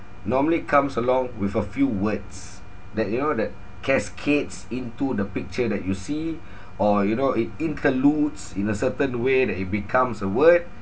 normally comes along with a few words that you know that cascades into the picture that you see or you know it interludes in a certain way that it becomes a word